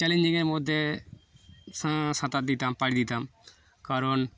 চ্যালেঞ্জিংয়ের মধ্যে সা সাঁতার দিতাম পাড়ি দিতাম কারণ